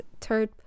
third